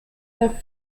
der